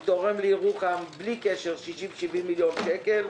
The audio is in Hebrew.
הוא תורם לירוחם, בלי קשר, 60 70 מיליון שקל.